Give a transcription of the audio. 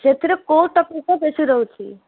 ସେଥିରେ କେଉଁ ଟପିକରେ ବେଶି ରହୁଛି